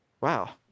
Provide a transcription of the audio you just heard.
wow